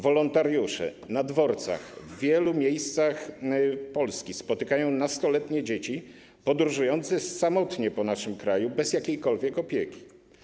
Wolontariusze na dworcach, w wielu miejscach Polski, spotykają nastoletnie dzieci podróżujące samotnie po naszym kraju, bez jakiejkolwiek opieki.